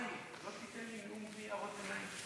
חיים, לא תיתן לי נאום בלי הערות ביניים?